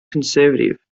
conservative